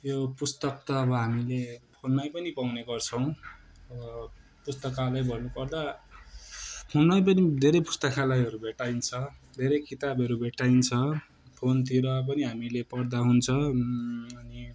यो पुस्तक त अब हामीले फोनमै पनि पाउने गर्छौँ अब पुस्तकालय भन्नु पर्दा फोनमै पनि धेरै पुस्तकालयहरू भेटाइन्छ धेरै किताबहरू भेटाइन्छ फोनतिर पनि हामीले पढ्दा हुन्छ अनि